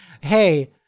Hey